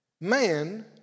man